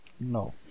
No